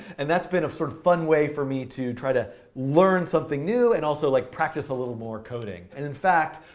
and that's been a sort of fun way for me to try to learn something new and also like practice a little more coding. and in fact,